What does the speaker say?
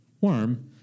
warm